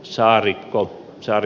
saari baltzar